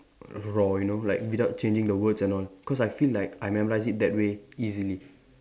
raw you know like without changing the words and all cause I feel like I memorise it that way easily